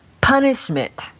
punishment